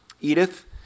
Edith